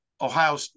ohio